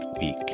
week